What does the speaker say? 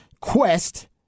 quest